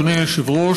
אדוני היושב-ראש,